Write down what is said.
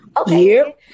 Okay